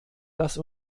dass